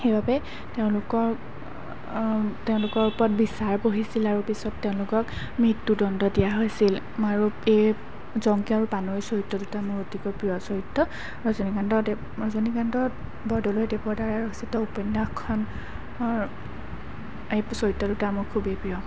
সেইবাবে তেওঁলোকৰ তেওঁলোকৰ ওপৰত বিচাৰ বহিছিল আৰু পিছত তেওঁলোকক মৃত্যুদণ্ড দিয়া হৈছিল আৰু এই জংকী আৰু পানৈ চৰিত্ৰ দুটা মোৰ অতিকৈ প্ৰিয় চৰিত্ৰ ৰজনীকান্তদেৱ ৰজনীকান্ত বৰদলৈদেৱৰ দ্বাৰা ৰচিত উপন্যাসখনৰ এই চৰিত্ৰ দুটা মোৰ খুবেই প্ৰিয়